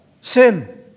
sin